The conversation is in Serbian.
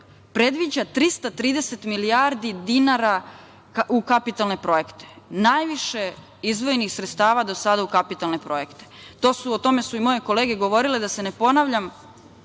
predviđa 330 milijardi dinara u kapitalne projekte. Najviše izdvojenih sredstava do sada u kapitalne projekte. O tome su i moje kolege govorile, da se ne ponavljam.